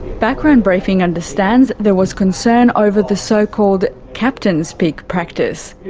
background briefing understands there was concern over the so called captain's pick practice,